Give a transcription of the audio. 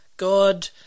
God